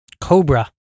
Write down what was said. Cobra